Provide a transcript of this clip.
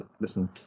Listen